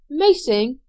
Macing